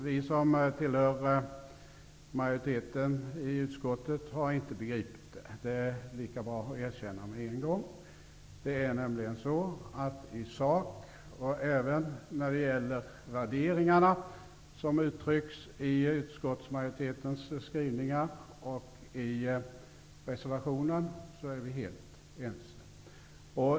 Vi som tillhör majoriteten i utskottet har inte begripit det -- det är lika bra att erkänna detta med en gång. I sak, och även när det gäller de värderingar som uttrycks i utskottsmajoritetens skrivningar och i reservationen, är vi nämligen helt ense.